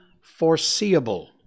foreseeable